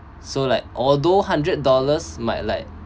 so like although hundred dollars might like